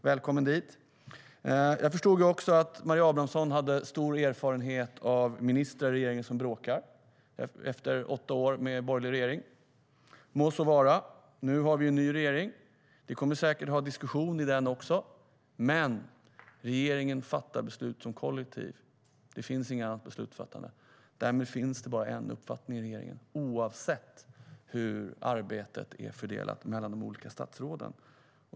Välkommen dit! Därmed finns det bara en uppfattning i regeringen, oavsett hur arbetet är fördelat mellan de olika statsråden.